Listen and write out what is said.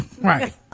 Right